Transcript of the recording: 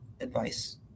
advice